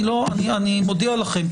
אני מודיע לכם,